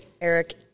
Eric